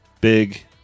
big